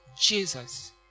Jesus